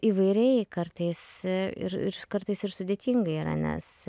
įvairiai kartais ir ir kartais ir sudėtinga yra nes